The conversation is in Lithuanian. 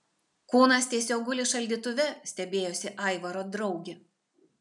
kūnas tiesiog guli šaldytuve stebėjosi aivaro draugė